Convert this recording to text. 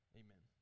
amen